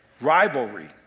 Rivalry